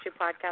podcast